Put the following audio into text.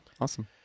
awesome